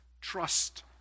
trust